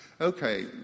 okay